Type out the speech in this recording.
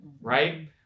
right